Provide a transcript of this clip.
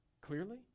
Clearly